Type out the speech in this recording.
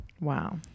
wow